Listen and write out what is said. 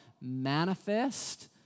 manifest